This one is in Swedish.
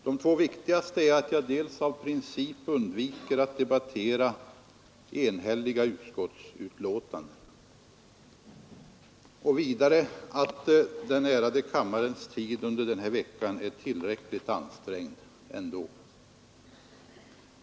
De två viktigaste är dels att jag av princip undviker att debattera enhälliga utskottsbetänkanden, dels att den ärade kammarens tid under denna vecka är tillräckligt ansträngd ändå.